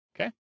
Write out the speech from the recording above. Okay